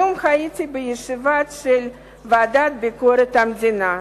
היום הייתי בישיבה של ועדת ביקורת המדינה.